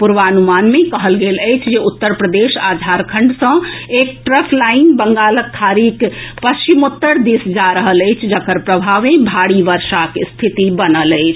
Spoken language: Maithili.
पूर्वानुमान मे कहल गेल अछि जे उत्तर प्रदेश आ झारखंड सॅ एक ट्रफ लाईन बंगालक खाड़ीक पश्चिमोत्तर दिस जा रहल अछि जकर प्रभाव सॅ भारी बर्षाक रिथति बनल अछि